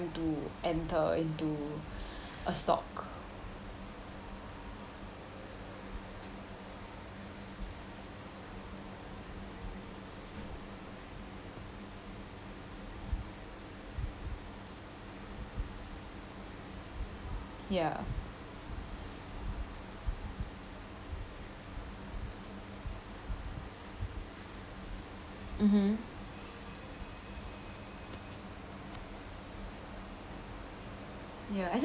to enter into a stock ya mmhmm ya as in